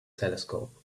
telescope